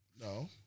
No